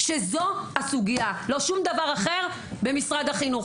שזאת הסוגיה במשרד החינוך.